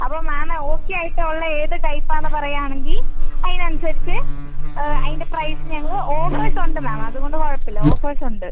അപ്പോൾ ma'am okay ആയിട്ട് ഉള്ള ഏത് ടൈപ്പാണെന്ന് പറയാണെങ്കിൽ അതിനനുസരിച്ച് അതിൻ്റെ പ്രൈസ് ഞങ്ങൾ ഓഫേർസ് ഉണ്ട് മാം അതുകൊണ്ട് കുഴപ്പം ഇല്ല ഓഫേർസ് ഉണ്ട്